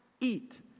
eat